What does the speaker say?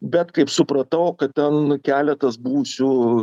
bet kaip supratau kad ten keletas buvusių